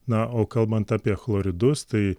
na o kalbant apie chloridus tai